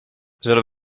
zullen